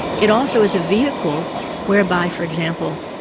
it also is a vehicle whereby, for example,